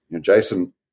Jason